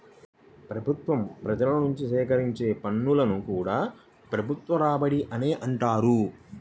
ప్రభుత్వం ప్రజల నుంచి సేకరించే పన్నులను కూడా ప్రభుత్వ రాబడి అనే అంటారు